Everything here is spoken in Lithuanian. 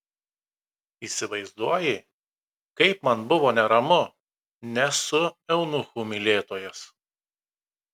įsivaizduoji kaip man buvo neramu nesu eunuchų mylėtojas